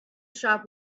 shop